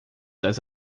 das